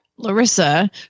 Larissa